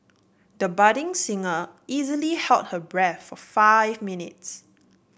the budding singer easily held her breath for five minutes